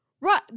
right